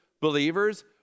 believers